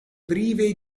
prive